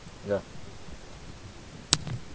ya